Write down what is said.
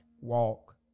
Walk